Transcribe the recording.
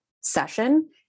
session